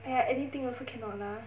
!aiya! anything also cannot lah